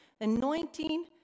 anointing